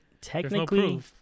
Technically